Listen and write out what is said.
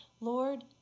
Lord